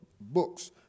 books